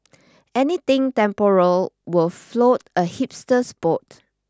anything temporal will float a hipster's boat